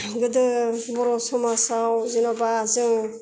गोदो बर' समाजआव जेन'बा जों